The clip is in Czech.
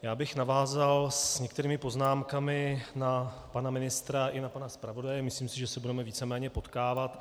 Já bych navázal s některými poznámkami na pana ministra i na pana zpravodaje, myslím si, že se budeme víceméně potkávat.